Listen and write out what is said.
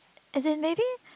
as in maybe